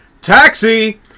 Taxi